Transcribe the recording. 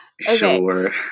Sure